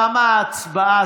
תמה ההצבעה.